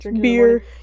Beer